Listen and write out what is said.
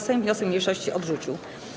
Sejm wniosek mniejszości odrzucił.